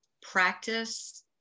practice